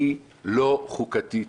היא לא חוקתית,